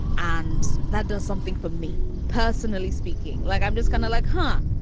and that does something for me, personally speaking. like, i'm just kind of like, huh?